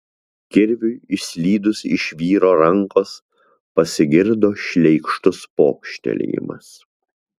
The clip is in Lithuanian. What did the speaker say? kirviui išslydus iš vyro rankos pasigirdo šleikštus pokštelėjimas